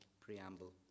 preamble